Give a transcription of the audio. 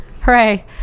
Hooray